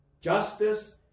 Justice